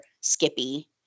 Skippy